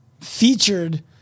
featured